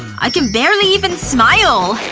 i can barely even smile.